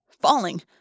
Falling